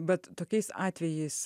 bet tokiais atvejais